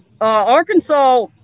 Arkansas –